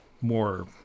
more